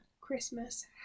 christmas